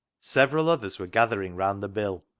several others were gathering round the bill,